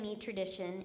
tradition